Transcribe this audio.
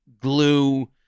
glue